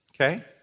Okay